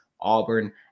Auburn